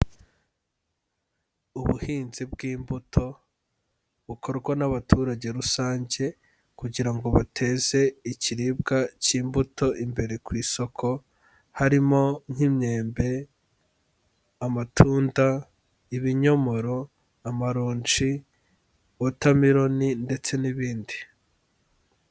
Ubuhinzi bw'imbuto bukorwa n'abaturage rusange, kugira ngo bateze ikiribwa cy'imbuto imbere ku isoko. Harimo nk'imyembe, amatunda, ibinyomoro, amaronji, watemelon ndetse n'ibindi.